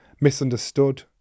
misunderstood